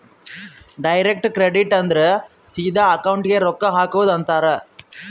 direct credit ಅಂದುರ್ ಸಿದಾ ಅಕೌಂಟ್ಗೆ ರೊಕ್ಕಾ ಹಾಕದುಕ್ ಅಂತಾರ್